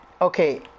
okay